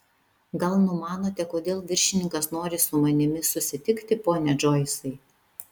gal numanote kodėl viršininkas nori su manimi susitikti pone džoisai